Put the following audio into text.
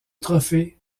trophée